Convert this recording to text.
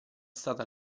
stata